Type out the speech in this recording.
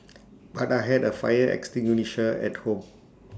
but I had A fire extinguisher at home